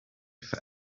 for